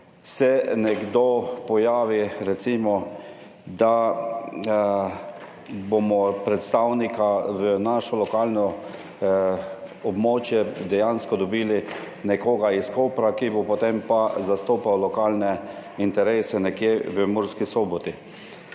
se nekdo pojavi, recimo, da bomo predstavnika v našo lokalno območje dejansko dobili nekoga iz Kopra, ki bo potem pa zastopal lokalne interese nekje v Murski Soboti.